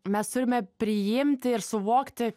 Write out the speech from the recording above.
mes turime priimti ir suvokti